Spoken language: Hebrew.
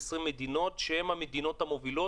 15-20 מדינות שהן המדינות המובילות